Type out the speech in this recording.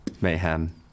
Mayhem